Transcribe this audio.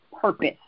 Purpose